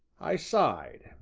i sighed,